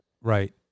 Right